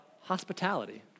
hospitality